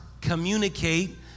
communicate